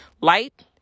light